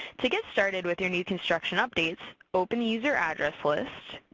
to get started with your new construction updates, open the user address list.